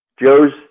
Joe's